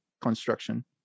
construction